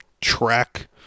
track